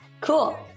Cool